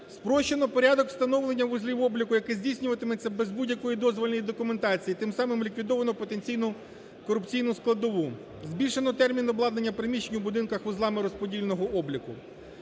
Спрощено порядок встановлення вузлів обліку, яке здійснюватиметься без будь-якої дозвільної документації і тим самим ліквідовано потенційну корупційну складову. Збільшено термін обладнання приміщень у будинках вузлами розподільного обліку.